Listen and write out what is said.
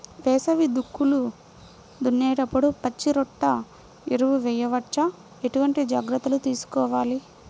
వేసవి దుక్కులు దున్నేప్పుడు పచ్చిరొట్ట ఎరువు వేయవచ్చా? ఎటువంటి జాగ్రత్తలు తీసుకోవాలి?